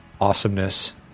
awesomeness